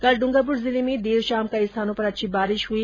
कल डूंगरपुर जिले में देरशाम कई स्थानों पर अच्छी बारिश हुई